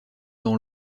dans